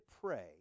pray